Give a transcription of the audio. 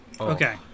Okay